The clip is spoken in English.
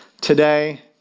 today